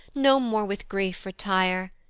no more with grief retire,